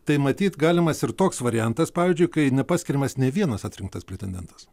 tai matyt galimas ir toks variantas pavyzdžiui kai nepaskiriamas ne vienas atrinktas pretendentas